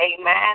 Amen